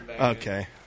Okay